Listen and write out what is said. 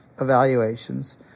evaluations